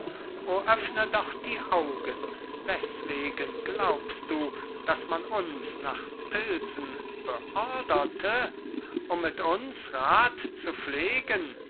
öffne doch die augen weswegen glaubst du daß man uns nach pilsen beorderte um mit uns rat zu pflegen